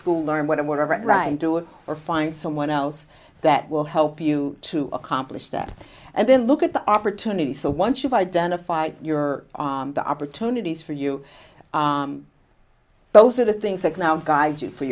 school learn what i'm whatever right and do it or find someone else that will help you to accomplish that and then look at the opportunity so once you've identified your the opportunities for you those are the things that now guides you for